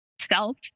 self